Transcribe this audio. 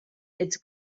it’s